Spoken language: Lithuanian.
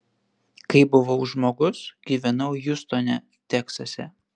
kai buvau žmogus gyvenau hjustone teksase